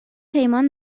پیمان